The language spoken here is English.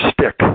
stick